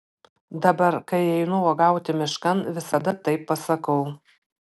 dabar kai einu uogauti miškan visada taip pasakau